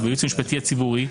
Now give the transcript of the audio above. והייעוץ המשפטי הציבורי,